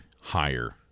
higher